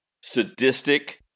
sadistic